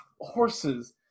horses